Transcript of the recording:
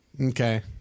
Okay